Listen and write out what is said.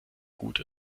gut